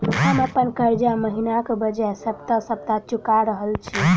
हम अप्पन कर्जा महिनाक बजाय सप्ताह सप्ताह चुका रहल छि